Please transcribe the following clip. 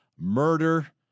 Murder